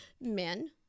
men